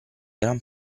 gran